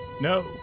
No